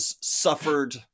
suffered